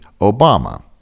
Obama